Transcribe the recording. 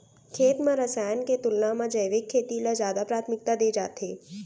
खेत मा रसायन के तुलना मा जैविक खेती ला जादा प्राथमिकता दे जाथे